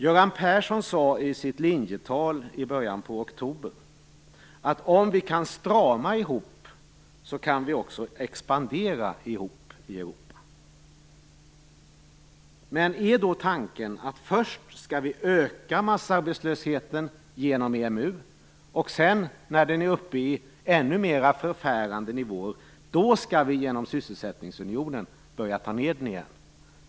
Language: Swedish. Göran Persson sade i sitt linjetal i början på oktober att om vi kan strama åt ihop så kan vi också expandera ihop i Europa. Men är då tanken att först skall vi öka massarbetslösheten genom EMU och sedan, när den är uppe i ännu mera förfärande nivåer, skall vi genom sysselsättningsunionen börja ta ned den igen?